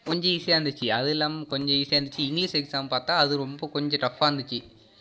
கொஞ்சம் ஈஸியாக இருந்திச்சு அது இல்லாமல் கொஞ்சம் ஈஸியாக இருந்திச்சு இங்கிலீஷ் எக்ஸாம் பார்த்தா அது ரொம்ப கொஞ்சம் டஃப்பாக இருந்திச்சு